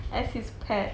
as his pet